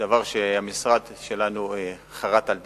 דבר שהמשרד שלנו חרת על דגלו,